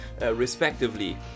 respectively